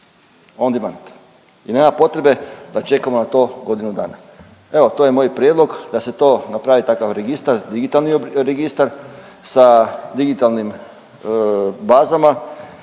on demand. I nema potrebe da čekamo na to godinu dana. Evo, to je moj prijedlog da se to napravi takav registar, digitalni registar sa digitalnim bazama